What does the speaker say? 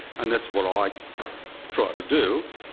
and that's what i try to do.